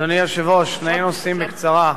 אדוני היושב-ראש, שני נושאים בקצרה.